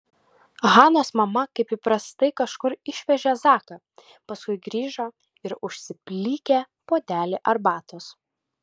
hanos mama kaip įprastai kažkur išvežė zaką paskui grįžo ir užsiplikė puodelį arbatos